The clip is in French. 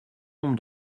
nombre